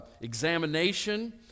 examination